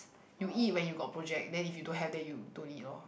you eat when you got project then if you don't have then you don't eat lor